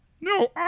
No